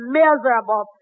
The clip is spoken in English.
miserable